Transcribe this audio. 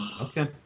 Okay